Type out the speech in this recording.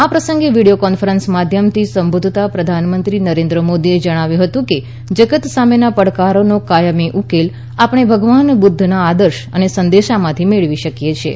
આ પ્રસંગે video conference માધ્યમથી સંબોધતા પ્રધાનમંત્રી નરેન્દ્ર મોદીએ જણાવ્યું હતું કે જગત સામેના પડકારોના કાયમી ઉકેલ આપણે ભગવાન બુધ્ધના આદર્શો અને સંદેશામાંથી મેળવી શકીએ છીએ